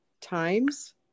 Times